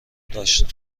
داشتم